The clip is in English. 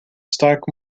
stock